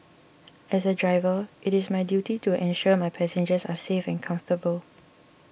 as a driver it is my duty to ensure my passengers are safe and comfortable